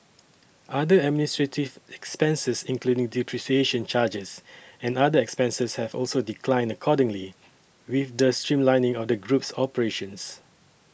other administrative expenses including depreciation charges and other expenses have also declined accordingly with the streamlining of the group's operations